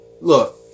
Look